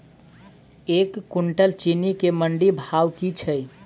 एक कुनटल चीनी केँ मंडी भाउ की छै?